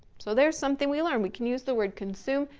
so there's something we learn, we can use the word consume,